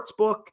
Sportsbook